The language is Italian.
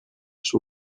suo